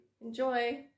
enjoy